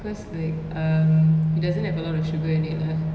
cause like um it doesn't have a lot of sugar in it lah